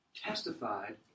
testified